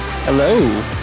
Hello